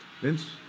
Vince